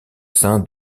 sein